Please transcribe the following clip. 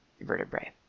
vertebrae